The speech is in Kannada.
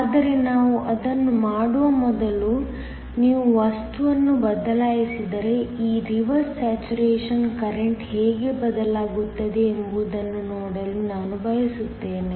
ಆದರೆ ನಾವು ಅದನ್ನು ಮಾಡುವ ಮೊದಲು ನೀವು ವಸ್ತುವನ್ನು ಬದಲಾಯಿಸಿದರೆ ಈ ರಿವರ್ಸ್ ಸ್ಯಾಚುರೇಶನ್ ಕರೆಂಟ್ ಹೇಗೆ ಬದಲಾಗುತ್ತದೆ ಎಂಬುದನ್ನು ನೋಡಲು ನಾನು ಬಯಸುತ್ತೇನೆ